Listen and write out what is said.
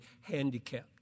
handicapped